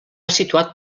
situat